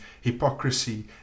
hypocrisy